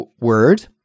word